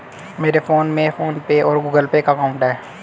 मेरे फोन में फ़ोन पे और गूगल पे का अकाउंट है